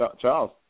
Charles